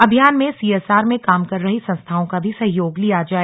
अभियान में सीएसआर में काम कर रही संस्थाओं का भी सहयोग लिया जाए